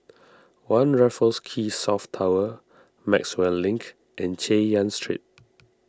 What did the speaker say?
one Raffles Quay South Tower Maxwell Link and Chay Yan Street